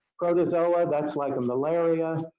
protozoa, thats like malaria.